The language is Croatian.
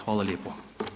Hvala lijepo.